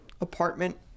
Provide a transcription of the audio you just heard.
apartment